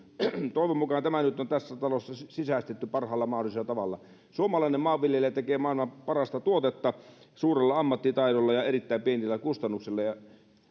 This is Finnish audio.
toivon mukaan tämä nyt on tässä talossa sisäistetty parhaalla mahdollisella tavalla suomalainen maanviljelijä tekee maailman parasta tuotetta suurella ammattitaidolla ja erittäin pienillä kustannuksilla ja